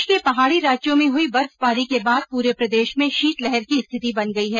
देश के पहाडी राज्यों में हुई बर्फबारी के बाद पूरे प्रदेश में शीतलहर की स्थिति बन गई है